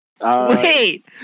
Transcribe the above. Wait